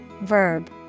verb